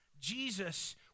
Jesus